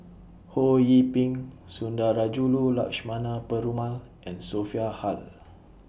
Ho Yee Ping Sundarajulu Lakshmana Perumal and Sophia Hull